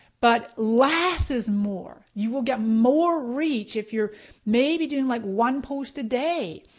but less is more. you will get more reach if you're maybe doing like one post a day.